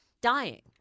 dying